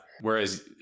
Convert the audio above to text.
Whereas